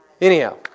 Anyhow